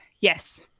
yes